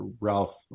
Ralph